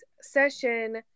session